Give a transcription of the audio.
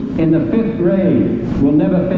in the fifth grade will never but